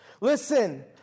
Listen